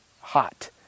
hot